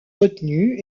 retenu